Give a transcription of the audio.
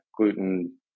gluten